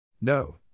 No